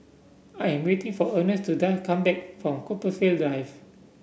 I am waiting for Earnest to come back from Compassvale Drive